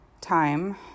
Time